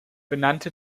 benannte